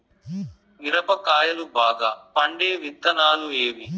మిరప కాయలు బాగా పండే విత్తనాలు ఏవి